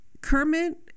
Kermit